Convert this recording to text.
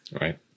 Right